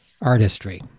artistry